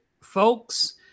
folks